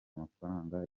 mafaranga